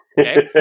Okay